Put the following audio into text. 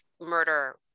murder